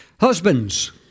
Husbands